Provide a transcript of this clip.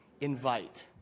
invite